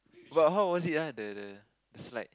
but how was it ah the the the slide